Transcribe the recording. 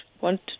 want